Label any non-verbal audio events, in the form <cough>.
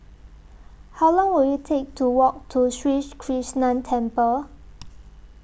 How Long Will IT Take to Walk to Sri <unintelligible> Krishnan Temple